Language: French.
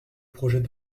projet